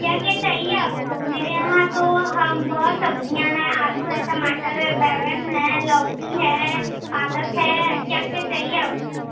क्या क्या चाहिए आपके मेरे यहाँ तो हाँ बहुत सब्ज़ियाँ हैं आलू है टमाटर है बैंगन है लौकी है पालक है क्या क्या चाहिए आपको